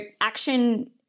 action